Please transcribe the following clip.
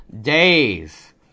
days